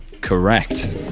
Correct